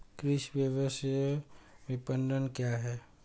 कृषि व्यवसाय विपणन क्या है?